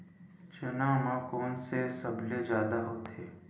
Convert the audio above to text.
चना म कोन से सबले जादा होथे?